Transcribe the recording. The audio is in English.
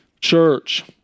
church